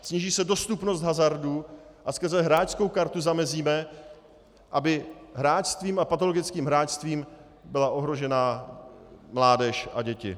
Sníží se dostupnost hazardu a skrze hráčskou kartu zamezíme, aby hráčstvím a patologickým hráčstvím byla ohrožena mládež a děti.